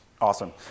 Awesome